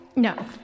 No